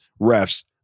refs